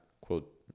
quote